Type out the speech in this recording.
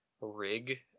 rig